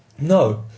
no